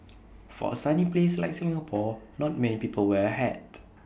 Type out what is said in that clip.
for A sunny place like Singapore not many people wear A hat